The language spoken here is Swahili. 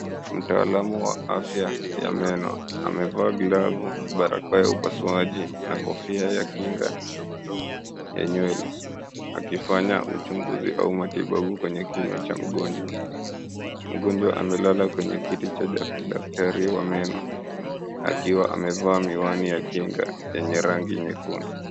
Mtaalamu wa afya ya meno amevaa glavu, barakoa ya upasuaji na kofia ya kinga ya nywele, akifanya uchunguzi au matibabu kwenye kinywa cha mgonjwa. Mgonjwa amelala kwenye kiti cha daktari wa meno akiwa amevaa miwani ya kinga yenye rangi nyekundu.